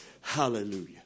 Hallelujah